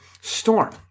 storm